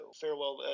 Farewell